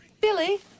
Billy